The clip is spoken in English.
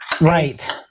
right